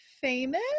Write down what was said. famous